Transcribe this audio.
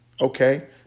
Okay